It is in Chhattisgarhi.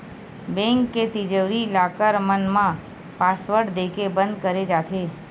बेंक के तिजोरी, लॉकर मन ल पासवर्ड देके बंद करे जाथे